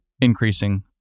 increasing